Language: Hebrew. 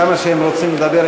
כמה שהם רוצים לדבר,